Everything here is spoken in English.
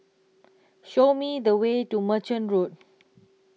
Show Me The Way to Merchant Road